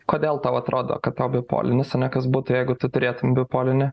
kodėl tau atrodo kad tau bipolinis ane kas būtų jeigu tu turėtum bipolinį